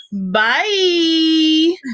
Bye